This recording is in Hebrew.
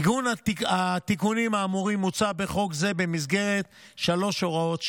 עיגון התיקונים האמורים מוצע בחוק זה במסגרת שלוש הוראות שעה: